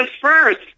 first